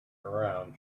around